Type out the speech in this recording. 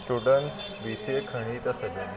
students B C A खणी था सघनि